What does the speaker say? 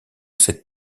cet